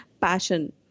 passion